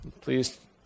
please